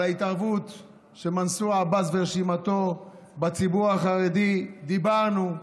על ההתערבות של מנסור עבאס ורשימתו בציבור החרדי דיברנו,